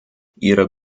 ihre